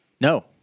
No